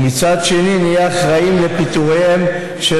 ומצד שני נהיה אחראים לפיטוריהם של